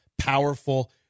Powerful